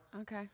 Okay